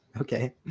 Okay